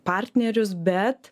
partnerius bet